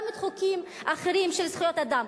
גם חוקים אחרים של זכויות אדם.